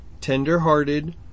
tender-hearted